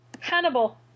Hannibal